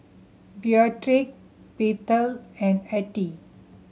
Beatrix Bethel and Artie